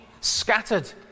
scattered